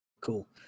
cool